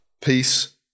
peace